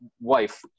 wife